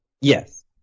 Yes